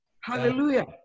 Hallelujah